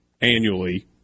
annually